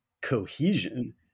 cohesion